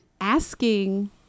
asking